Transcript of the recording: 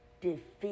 defeat